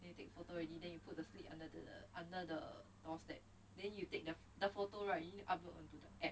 and you take photo already then you put to sleep under the under the laws that then you take the photo right upload onto the